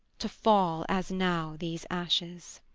to fall as now these ashes.